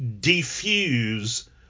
defuse